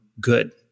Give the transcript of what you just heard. good